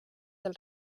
del